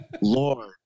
Lord